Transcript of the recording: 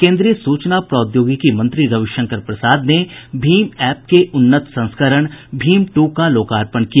केन्द्रीय सूचना प्रौद्योगिकी मंत्री रविशंकर प्रसाद ने भीम एप के उन्नत संस्करण भीम टू का लोकार्पण किया